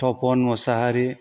Tapan Mosahary